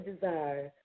desire